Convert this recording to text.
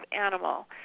animal